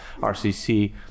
RCC